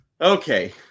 Okay